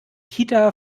kita